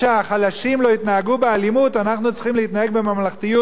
אנחנו צריכים להתנהג בממלכתיות גם אם אנחנו רוצים לעשות ביקורת.